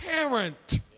parent